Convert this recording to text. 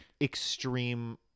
extreme